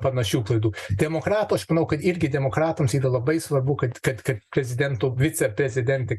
panašių klaidų demokratų aš manau kad irgi demokratams yra labai svarbu kad kad kad prezidento viceprezidentė